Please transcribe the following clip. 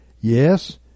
Yes